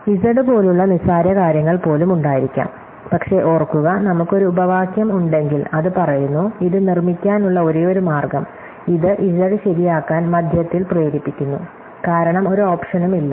നമുക്ക് z പോലുള്ള നിസ്സാരകാര്യങ്ങൾ പോലും ഉണ്ടായിരിക്കാം പക്ഷേ ഓർക്കുക നമുക്ക് ഒരു ഉപവാക്യം ഉണ്ടെങ്കിൽ അത് പറയുന്നു ഇത് നിർമ്മിക്കാനുള്ള ഒരേയൊരു മാർഗ്ഗം ഇത് z ശരിയാക്കാൻ മധ്യത്തിൽ പ്രേരിപ്പിക്കുന്നു കാരണം ഒരു ഓപ്ഷനും ഇല്ല